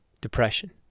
depression